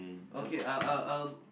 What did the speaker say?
okay I'll I'll I'll